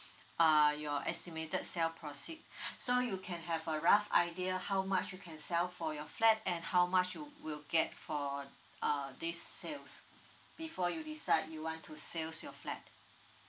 uh your estimated sell proceed so you can have a rough idea how much you can sell for your flat and how much you will get for uh this sales before you decide you want to sell your flat